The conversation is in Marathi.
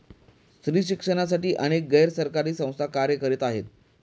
स्त्री शिक्षणासाठी अनेक गैर सरकारी संस्था कार्य करत आहेत